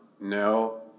no